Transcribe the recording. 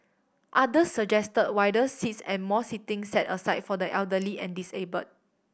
other suggest wider seats and more seating set aside for the elderly and disabled